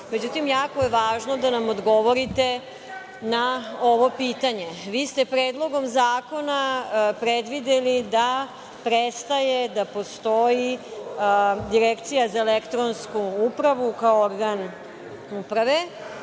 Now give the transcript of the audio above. međutim, jako je važno da nam odgovorite na ovo pitanje. Vi ste Predlogom zakona predvideli da prestaje da postoji Direkcija za elektronsku upravu kao organ uprave.